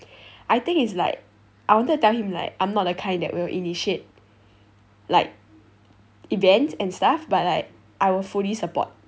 I think it's like I wanted to tell him like I'm not the kind that will like initiate like events and stuff but like I will fully support